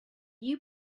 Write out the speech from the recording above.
you